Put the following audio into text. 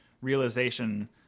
realization